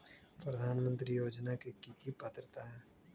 प्रधानमंत्री योजना के की की पात्रता है?